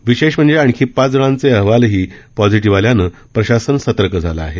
विशेष म्हणजे आणखी पाच जणांचे अहवाल देखील पॉझिटिव्ह आल्यानं प्रशासन सतर्क झालं आहे